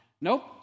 Nope